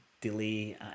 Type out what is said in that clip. Delay